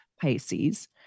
Pisces